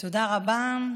תודה רבה.